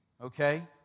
Okay